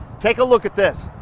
take a look at this.